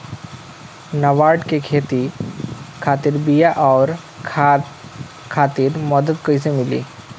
नाबार्ड से खेती खातिर बीया आउर खाद खातिर मदद कइसे मिली?